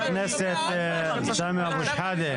ח"כ סמי אבו שחאדה,